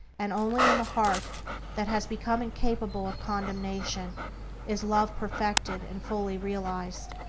and only in the heart that has become incapable of condemnation is love perfected and fully realized.